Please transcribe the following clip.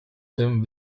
tym